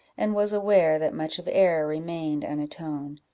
and was aware that much of error remained unatoned.